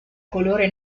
colore